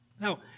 Now